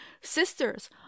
sisters